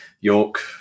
York